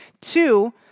Two